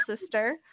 sister